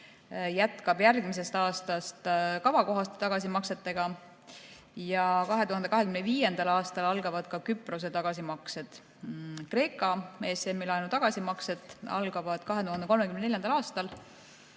jätkab järgmisest aastast kavakohaste tagasimaksetega ja 2025. aastal algavad ka Küprose tagasimaksed. Kreeka ESM-i laenu tagasimaksed algavad 2034. aastal,